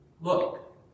Look